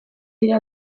dira